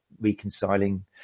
reconciling